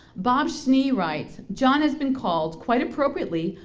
bob's snee writes, john has been called, quite appropriately,